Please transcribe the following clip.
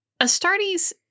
Astartes